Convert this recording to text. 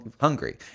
hungry